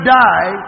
die